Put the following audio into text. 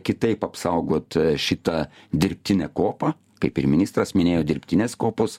kitaip apsaugoti šitą dirbtinę kopą kaip ir ministras minėjo dirbtinės kopos